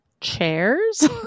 chairs